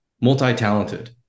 multi-talented